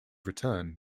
return